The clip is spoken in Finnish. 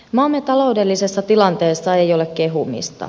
maamme taloudellisessa tilanteessa ei ole kehumista